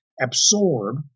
absorb